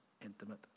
intimate